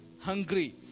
hungry